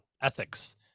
ethics